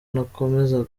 nakomeza